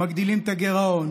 מגדילים את הגירעון